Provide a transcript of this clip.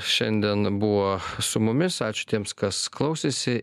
šiandien buvo su mumis ačiū tiems kas klausėsi